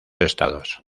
estados